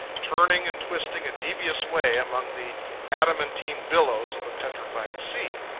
turning and twisting a devious way among the adamantine billows of a petrified sea.